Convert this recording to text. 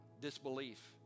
disbelief